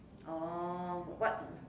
orh what